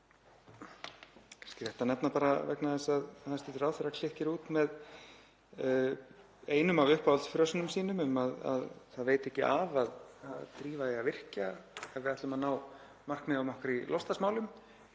ætti nefna vegna þess að hæstv. ráðherra klykkir út með einum af uppáhaldsfrösunum sínum um að það veiti ekki af að drífa í að virkja ef við ætlum að ná markmiðum okkar í loftslagsmálum